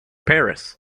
paris